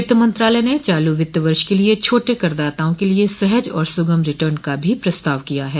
वित्त मंत्रालय ने चालू वित्त वर्ष के लिए छोटे कर दाताओं के लिए सहज और सुगम रिटर्न का भी प्रस्ताव किया है